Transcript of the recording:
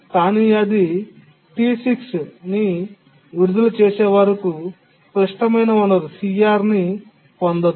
కానీ అది టి 6 విడుదల చేసే వరకు క్లిష్టమైన వనరు సిఆర్ ని పొందదు